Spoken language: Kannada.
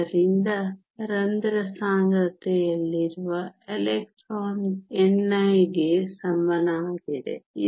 ಆದ್ದರಿಂದ ರಂಧ್ರ ಸಾಂದ್ರತೆಯಲ್ಲಿರುವ ಎಲೆಕ್ಟ್ರಾನ್ ni ಗೆ ಸಮನಾಗಿದೆ